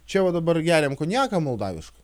čia va dabar geriam konjaką moldavišką